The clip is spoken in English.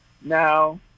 Now